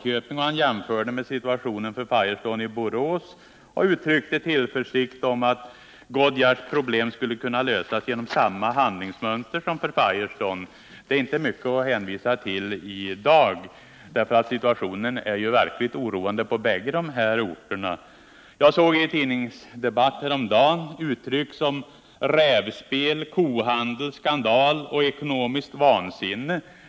Han gjorde jämförelser med situationen för Firestone i Borås och uttryckte sin tillförsikt om att Goodyears problem skulle kunna lösas genom samma handlingsmönster som för Firestone. Det är inte mycket att hänvisa till i dag, därför att situationen är verkligt oroande på bägge orterna. I en tidningsdebatt häromdagen såg jag uttryck som rävspel, kohandel, skandal och ekonomiskt vansinne.